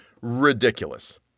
ridiculous